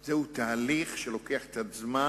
זה תהליך שלוקח קצת זמן,